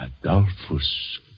Adolphus